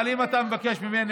אבל אם אתה מבקש ממני,